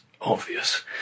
obvious